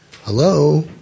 hello